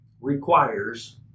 requires